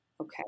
Okay